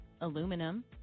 aluminum